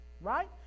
right